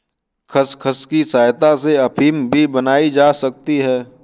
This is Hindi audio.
खसखस की सहायता से अफीम भी बनाई जा सकती है